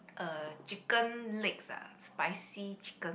uh chicken legs ah spicy chicken